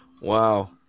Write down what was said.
wow